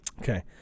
Okay